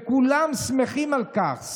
וכולם שמחים על כך,